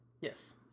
Yes